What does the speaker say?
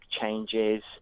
changes